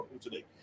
today